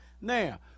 Now